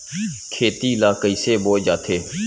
खेती ला कइसे बोय जाथे?